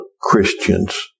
christians